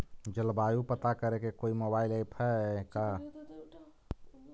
जलवायु पता करे के कोइ मोबाईल ऐप है का?